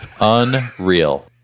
unreal